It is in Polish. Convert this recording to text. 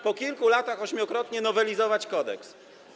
Po kilku latach ośmiokrotnie nowelizować kodeks.